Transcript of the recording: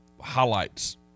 highlights